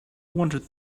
wanted